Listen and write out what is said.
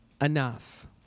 enough